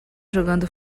jogando